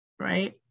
right